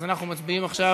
אז אנחנו מצביעים עכשיו,